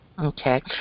Okay